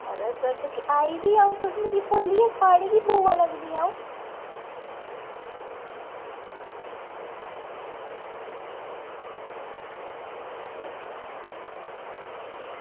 मड़ो आई दी तुस मिगी भुल्ली गे थुआढ़ी गै बुआ लग्गनी अंऊ